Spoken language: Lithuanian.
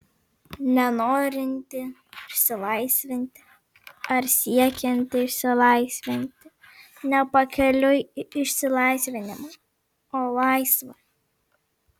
ne norinti išsilaisvinti ar siekianti išsilaisvinti ne pakeliui į išsilaisvinimą o laisva